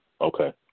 Okay